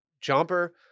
jumper